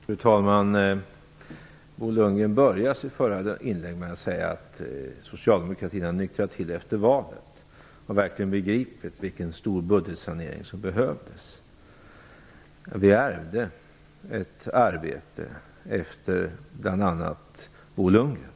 Fru talman! Bo Lundgren började sitt förra inlägg med att säga att socialdemokratin hade nyktrat till efter valet och verkligen har begripit vilken stor budgetsanering som behövs. Vi ärvde ett arbete efter bl.a. Bo Lundgren.